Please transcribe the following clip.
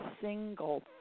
single